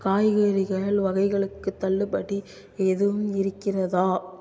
காய்கறிகள் வகைகளுக்கு தள்ளுபடி எதுவும் இருக்கிறதா